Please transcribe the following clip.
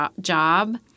job